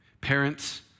Parents